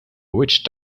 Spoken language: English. witch